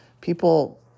people